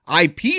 IP